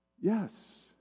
Yes